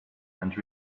and